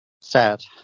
sad